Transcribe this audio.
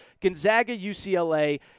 Gonzaga-UCLA